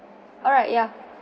alright yeah